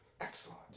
Excellent